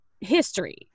history